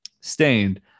Stained